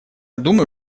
думаю